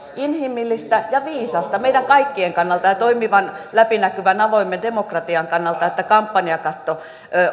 inhimillistä ja viisasta meidän kaikkien kannalta ja toimivan läpinäkyvän avoimen demokratian kannalta että kampanjakatto